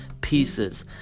pieces